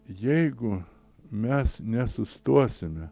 jeigu mes nesustosime